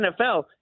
NFL